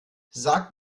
sag